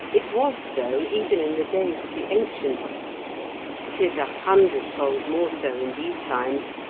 it was so even in the days of the ancients it is a hundredfold more so in these times,